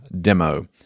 demo